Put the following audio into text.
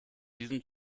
diesem